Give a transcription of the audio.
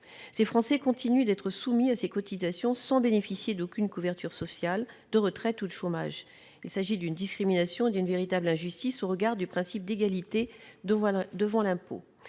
Ces Français continuent d'être soumis à ces cotisations sans bénéficier d'aucune couverture sociale, de retraite ou de chômage. Il s'agit d'une discrimination et d'une véritable injustice au regard du principe d'égalité devant l'impôt.